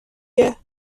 مرد